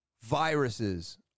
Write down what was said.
viruses